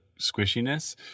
squishiness